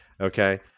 Okay